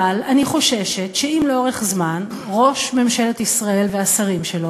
אבל אני חוששת שאם לאורך זמן ראש ממשלת ישראל והשרים שלו